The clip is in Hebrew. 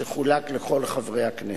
שחולק לכל חברי הכנסת.